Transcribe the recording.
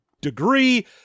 degree